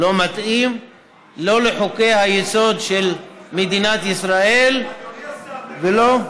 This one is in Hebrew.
לא מתאים לא לחוקי-היסוד של מדינת ישראל ולא,